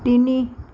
তিনি